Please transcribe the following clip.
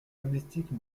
domestique